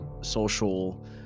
social